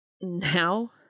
now